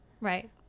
Right